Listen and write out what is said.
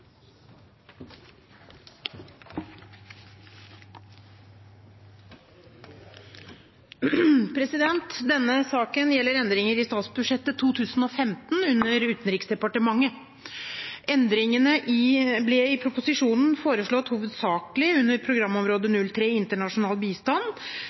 Denne saken gjelder endringer i statsbudsjettet 2015 under Utenriksdepartementet. Endringene ble i proposisjonen foreslått hovedsakelig under programområde